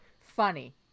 funny